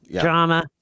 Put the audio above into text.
Drama